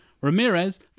Ramirez